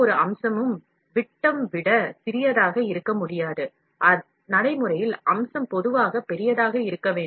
எந்தவொரு அம்சமும் முனை விட்டதை விட சிறியதாக இருக்க முடியாது மேலும் நடைமுறையில் அம்சம் பொதுவாக பெரியதாக இருக்கும்